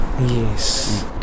Yes